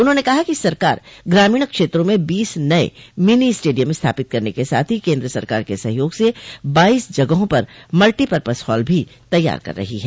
उन्होंने कहा कि सरकार ग्रामीण क्षेत्रों में बीस नये मिनी स्टेडियम स्थापित करने के साथ ही केन्द्र सरकार के सहयोग से बाईस जगहों पर मल्टीपर्पज हाल भी तैयार कर रही है